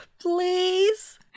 Please